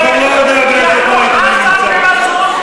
אתם יכולים להרים את הקול כמה שאתם רוצים,